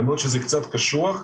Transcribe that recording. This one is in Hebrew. למרות שזה קצת קשוח,